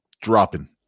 dropping